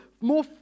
more